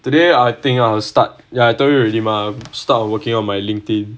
today I think I start ya told you already mah start working on my LinkedIn